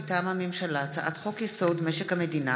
מטעם הממשלה: הצעת חוק-יסוד: משק המדינה